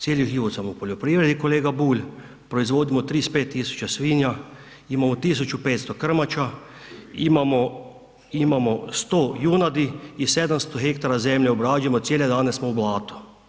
Cijeli život sam u poljoprivredi, kolega Bulj, proizvodimo 35 tisuća svinja, imamo 1500 krmača, imamo 100 junadi i 700 hektara zemlje obrađujemo, cijele dane smo u blatu.